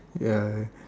ya